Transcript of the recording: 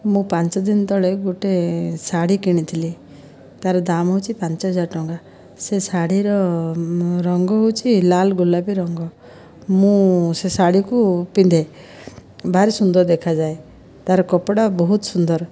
ମୁଁ ପାଞ୍ଚ ଦିନ ତଳେ ଗୋଟିଏ ଶାଢ଼ୀ କିଣିଥିଲି ତାର ଦାମ୍ ହେଉଛି ପାଞ୍ଚ ହଜାର ଟଙ୍କା ସେ ଶାଢ଼ୀର ରଙ୍ଗ ହେଉଛି ଲାଲ୍ ଗୋଲାପୀ ରଙ୍ଗ ମୁଁ ସେ ଶାଢ଼ୀକୁ ପିନ୍ଧେ ଭାରି ସୁନ୍ଦର ଦେଖାଯାଏ ତା'ର କପଡ଼ା ବହୁତ ସୁନ୍ଦର